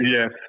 Yes